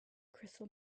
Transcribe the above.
crystal